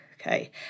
okay